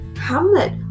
hamlet